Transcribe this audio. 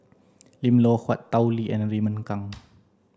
Lim Loh Huat Tao Li and Raymond Kang